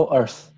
Earth